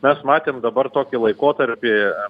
mes matėm dabar tokį laikotarpį